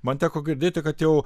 man teko girdėti kad jau